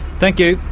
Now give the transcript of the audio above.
thank-you!